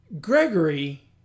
Gregory